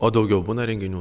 o daugiau būna renginių